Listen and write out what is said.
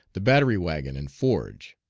the battery wagon and forge.